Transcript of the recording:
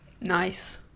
Nice